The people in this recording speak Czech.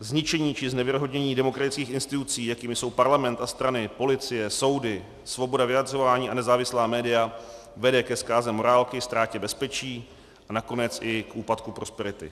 Zničení či znevěrohodnění demokratických institucí, jakým jsou parlament a strany, policie, soudy, svoboda vyjadřování a nezávislá média, vede k zkáze morálky, ztrátě bezpečí a nakonec i k úpadku prosperity.